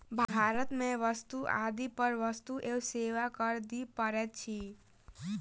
भारत में वस्तु आदि पर वस्तु एवं सेवा कर दिअ पड़ैत अछि